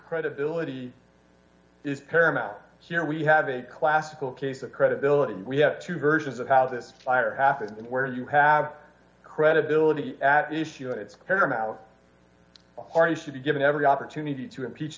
credibility is paramount here we have a classical case of credibility and we have two versions of how that fire happened and where you have credibility at issue is paramount are you should be given every opportunity to impeach